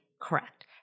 correct